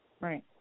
Right